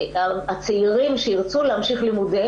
אם השר היה משתתף בעצמו,